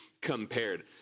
compared